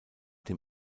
dem